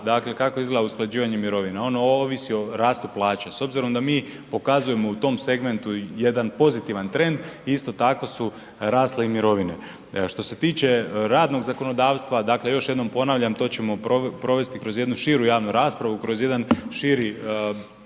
objasnio kako izgleda usklađivanje mirovina. Ono ovisi o rastu plaća. S obzirom da mi pokazujemo u tom segmentu jedan pozitivan trend, isto tako su rasle mirovine. Što se tiče radnog zakonodavstva, dakle još jednom ponavljam to ćemo provesti kroz jednu širu javnu raspravu kroz jedan širi